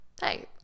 hey